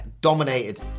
dominated